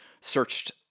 searched